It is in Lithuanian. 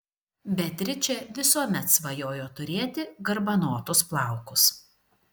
beatričė visuomet svajojo turėti garbanotus plaukus